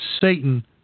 Satan